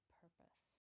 purpose